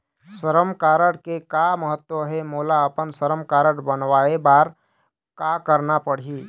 श्रम कारड के का महत्व हे, मोला अपन श्रम कारड बनवाए बार का करना पढ़ही?